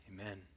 Amen